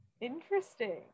Interesting